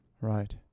Right